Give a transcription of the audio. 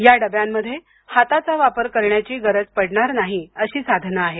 या डब्यांमध्ये हाताचा वापर करण्याची गरज पडणार नाही अशी साधनं आहे